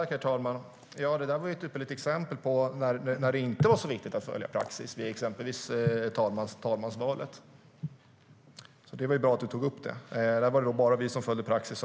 Herr talman! Talmansvalet var ett ypperligt exempel på att det inte var så viktigt att följa praxis. Det var bra att Janine Alm Ericson tog upp det. Där var det bara vi som följde praxis.